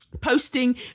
Posting